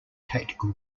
tactical